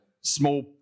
small